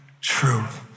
truth